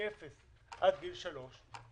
מאפס עד גיל שלוש,